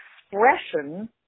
expression